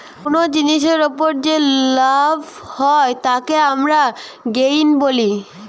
কুনো জিনিসের উপর যে লাভ হয় তাকে আমরা গেইন বলি